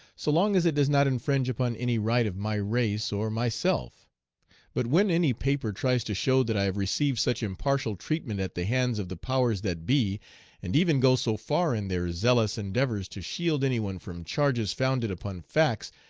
so long as it does not infringe upon any right of my race or myself but when any paper tries to show that i have received such impartial treatment at the hands of the powers that be and even go so far, in their zealous endeavors to shield any one from charges founded upon facts,